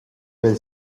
veel